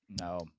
No